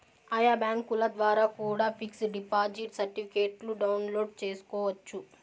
ఆయా బ్యాంకుల ద్వారా కూడా పిక్స్ డిపాజిట్ సర్టిఫికెట్ను డౌన్లోడ్ చేసుకోవచ్చు